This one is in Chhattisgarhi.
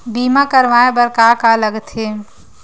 बीमा करवाय बर का का लगथे?